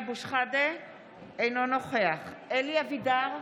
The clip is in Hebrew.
אינו נוכח אלי אבידר,